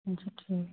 अच्छा ठीक हय